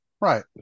Right